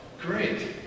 great